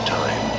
time